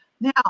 Now